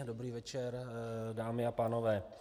Dobrý večer, dámy a pánové.